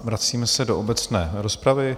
Vracíme se do obecné rozpravy.